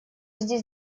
здесь